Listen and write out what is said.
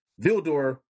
Vildor